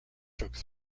took